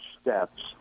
steps